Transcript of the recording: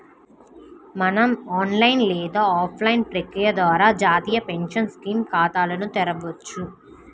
మనం ఆన్లైన్ లేదా ఆఫ్లైన్ ప్రక్రియ ద్వారా జాతీయ పెన్షన్ స్కీమ్ ఖాతాను తెరవొచ్చు